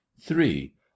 three